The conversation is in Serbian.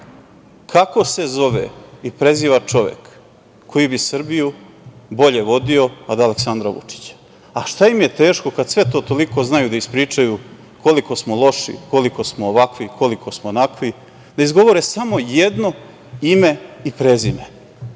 kako se zove i preziva čovek koji bi Srbiju bolje vodio od Aleksandra Vučića? Šta im je teško, kad sve to toliko znaju da ispričaju, koliko smo loši, koliko smo ovakvi, koliko smo onakvi, da izgovore samo jedno ime i prezime?